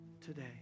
today